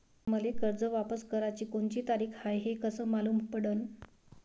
मले कर्ज वापस कराची कोनची तारीख हाय हे कस मालूम पडनं?